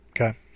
okay